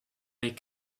les